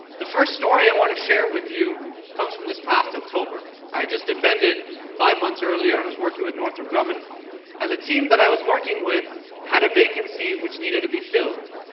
the first story i wanna share with you comes from this past october. i just offended five months earlier, i and was working with northrop grumman and the team that i was working with had a vacancy which needed to be filled.